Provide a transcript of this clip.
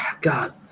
God